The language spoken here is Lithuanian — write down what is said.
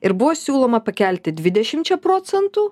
ir buvo siūloma pakelti dvidešimčia procentų